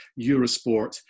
Eurosport